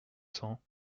cents